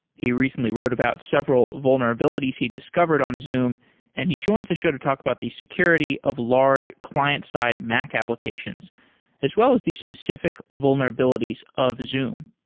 he recently wrote about several vulnerabilities he discovered on zoom and he joins the show to talk about the security of large client-side mac applications as well as the specific vulnerabilities of zoom.